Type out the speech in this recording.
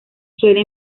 suele